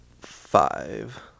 five